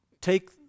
take